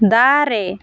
ᱫᱟᱨᱮ